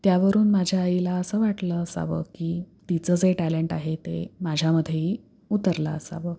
त्यावरून माझ्या आईला असं वाटलं असावं की तिचं जे टॅलेंट आहे ते माझ्यामध्येही उतरलं असावं